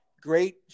great